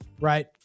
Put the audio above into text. Right